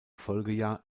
folgejahr